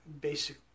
basic